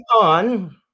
on